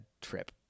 trip